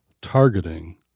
targeting